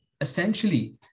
essentially